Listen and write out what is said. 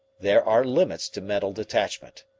there are limits to mental detachment.